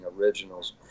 originals